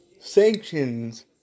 sanctions